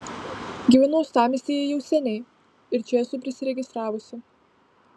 gyvenu uostamiestyje jau seniai ir čia esu prisiregistravusi